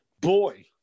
Boy